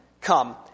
come